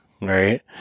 right